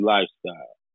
Lifestyle